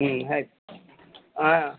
ಹ್ಞೂ ಆಯ್ತು ಹಾಂ